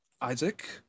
Isaac